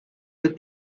the